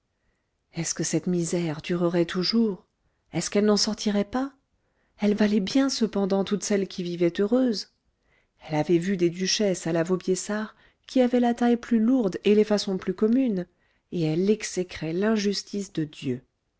est-ce que cette misère durerait toujours est-ce qu'elle n'en sortirait pas elle valait bien cependant toutes celles qui vivaient heureuses elle avait vu des duchesses à la vaubyessard qui avaient la taille plus lourde et les façons plus communes et elle exécrait l'injustice de dieu